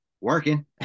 working